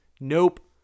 Nope